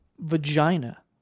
Vagina